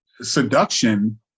seduction